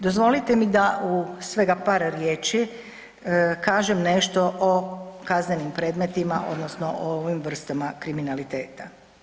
Dozvolite mi da u svega par riječi kažem nešto o kaznenim predmetima odnosno o ovim vrstama kriminaliteta.